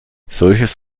solches